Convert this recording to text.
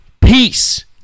peace